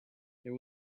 there